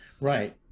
Right